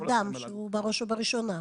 שירות ואדם, שהוא בראש ובראשונה.